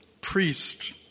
priest